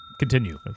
Continue